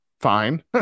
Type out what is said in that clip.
fine